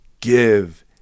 give